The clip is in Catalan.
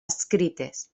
adscrites